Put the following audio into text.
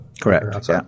Correct